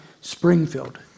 Springfield